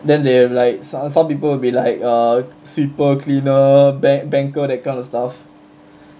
then they have like some some people will be like uh sweeper cleaner bank~ banker that kind of stuff